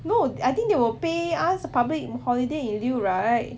no I think they will pay us public holiday in lieu right